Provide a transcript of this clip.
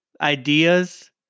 ideas